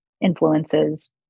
influences